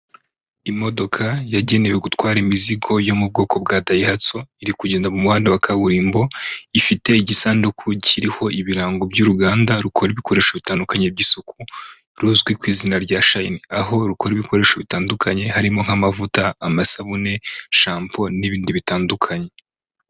Imodoka yagenewe gutwara imizigo yo mu bwoko bwa dayihatso iri kugenda muhanda wa kaburimbo ifite igisanduku kiriho ibirango by'uruganda rukora ibikoresho bitandukanye by'isuku ruzwi ku izina rya shayini. Aho rukora ibikoresho bitandukanye harimo nk'amavuta, amasabune, shapo n'ibindi bitandukanye.